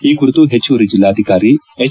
ಈ ಕುರಿತು ಹೆಚ್ಚುವರಿ ಜಿಲ್ಲಾಧಿಕಾರಿ ಎಚ್